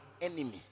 enemy